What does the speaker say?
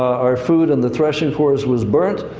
our food and the threshing horse was burnt,